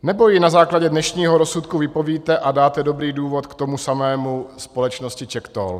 Nebo ji na základě dnešního rozsudku vypovíte a dáte dobrý důvod k tomu samému společnosti CzechToll?